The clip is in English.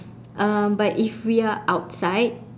um but if we are outside